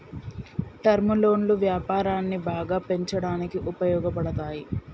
term లోన్లు వ్యాపారాన్ని బాగా పెంచడానికి ఉపయోగపడతాయి